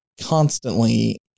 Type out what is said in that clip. constantly